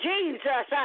Jesus